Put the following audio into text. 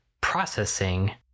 processing